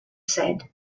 said